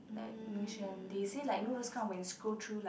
like ming-xuan they say like you know those kind of when you scroll through like